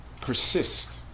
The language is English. persist